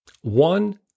One